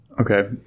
Okay